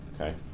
Okay